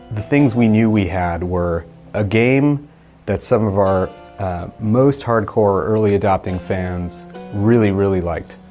the things we knew we had were a game that some of our most hardcore early adopting fans really, really liked.